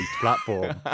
platform